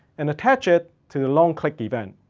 and attach it to the long click event.